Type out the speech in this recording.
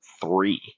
three